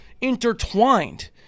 intertwined